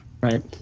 Right